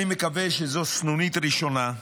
אני מקווה שזו סנונית ראשונה,